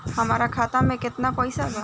हमरा खाता मे केतना पैसा बा?